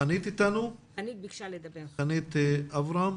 חנית אברהם